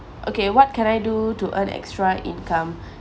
okay what can I do to earn extra income